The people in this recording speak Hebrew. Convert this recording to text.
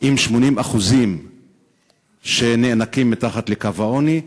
עם 80% שנאנקים מתחת לקו העוני,